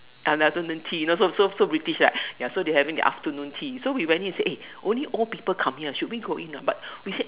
and the afternoon tea you know so so so British like ya so they having their afternoon tea so we went in and said eh only old people come here should we go in not but we said